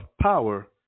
power